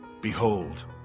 Behold